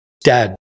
dad